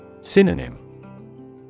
Synonym